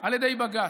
על ידי בג"ץ.